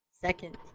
second